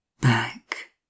BACK